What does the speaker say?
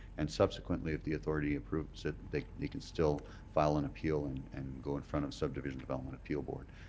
and subsequently if the authority approves it they they can still file an appeal and and go in front of subdivision development appeal board.